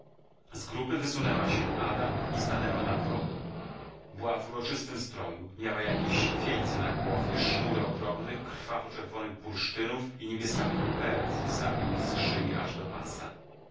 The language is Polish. grupy wysunęła się ada i stanęła na progu była w uroczystym stroju miała jakieś wieńce na głowie sznury ogromnych krwawo czerwonych bursztynów i niebieskawych pereł zwisały jej z szyi aż do